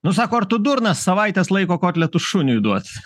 nu sako ar tu durnas savaitės laiko kotletus šuniui duot